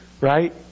Right